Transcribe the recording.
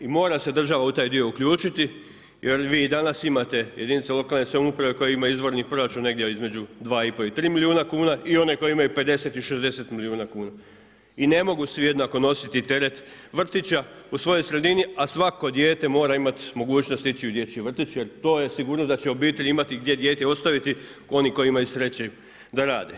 I mora se država u taj dio uključiti jer vi i danas imate jedinice lokalne samouprave koje imaju izvorni proračun negdje između dva i pol i tri milijuna kuna i one koji imaju 50 i 60 milijuna kuna. i ne mogu svi jednako nositi teret vrtića u svojoj sredini, a svako dijete mora imat mogućnost ići u dječji vrtić jer to je sigurnost da će obitelj imati gdje dijete ostaviti, oni koji imaju sreće da rade.